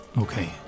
Okay